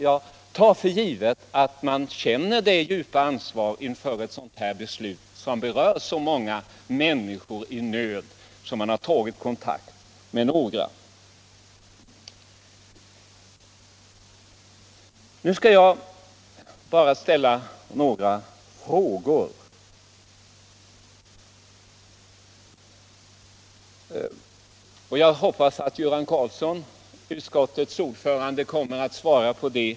Jag tar för givet att man här i riksdagen känner djupt ansvar inför ett beslut som berör så många människor i nöd och att man därför tagit kontakt med några av dem. Nu skall jag bara ställa några frågor. Jag hoppas att Göran Karlsson, utskottets ordförande, kommer att svara på dem.